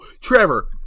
Trevor